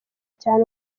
cyane